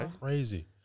Crazy